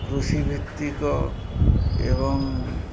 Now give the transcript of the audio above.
କୃଷି ଭିତ୍ତିକ ଏବଂ